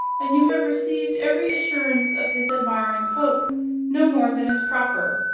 and you have received every assurance of his admiring pope no more than is proper.